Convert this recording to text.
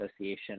association